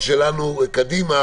דיברתי ואני מבקש עוד חצי דקה,